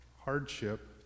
hardship